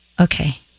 Okay